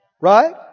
Right